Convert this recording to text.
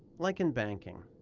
like in banking.